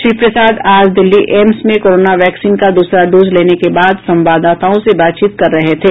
श्री प्रसाद आज दिल्ली एम्स में कोरोना वैक्सीन का दूसरा डोज लेने के बाद संवाददाताओं से बातचीत कर रहे थे